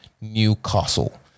Newcastle